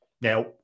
Now